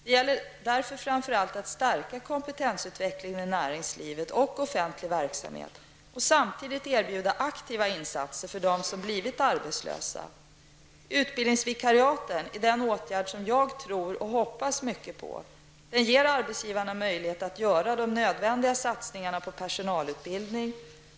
Det gäller därför framför allt att stärka kompetensutvecklingen i näringslivet och offentlig verksamhet och samtidigt erbjuda aktiva insater för dem som blivit arbetslösa. Utbildningsvikariaten är den åtgärd som jag tror och hoppas mycket på. Den ger arbetsgivarna möjlighet att göra de nödvändiga satsningarna på personalutbildning.